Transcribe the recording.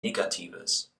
negatives